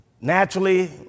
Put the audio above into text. naturally